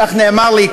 כך נאמר לי,